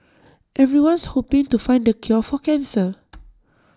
everyone's hoping to find the cure for cancer